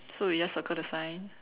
so we just circle the sign